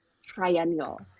Triennial